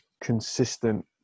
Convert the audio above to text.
consistent